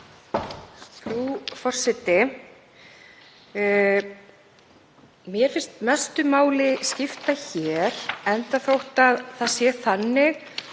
Frú forseti. Mér finnst mestu máli skipta hér, þótt það sé þannig